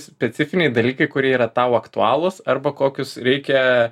specifiniai dalykai kurie yra tau aktualūs arba kokius reikia